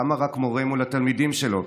למה רק מורה מול התלמידים שלו?